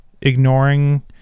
ignoring